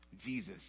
Jesus